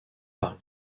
par